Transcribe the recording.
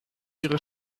ihre